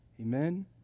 amen